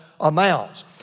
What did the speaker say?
amounts